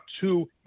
two